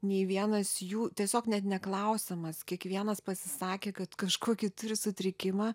nei vienas jų tiesiog net neklausiamas kiekvienas pasisakė kad kažkokį turi sutrikimą